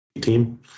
team